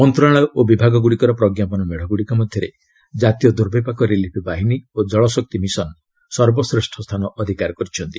ମନ୍ତ୍ରଣାଳୟ ଓ ବିଭାଗଗୁଡ଼ିକର ପ୍ରଞ୍ଜାପନ ମେଢ଼ଗୁଡ଼ିକ ମଧ୍ୟରେ ଜାତୀୟ ଦୁର୍ବିପାକ ରିଲିଫ୍ ବାହିନୀ ଓ ଜଳଶକ୍ତି ମିଶନ ସର୍ବଶ୍ରେଷ୍ଠ ସ୍ଥାନ ଅଧିକାର କରିଛନ୍ତି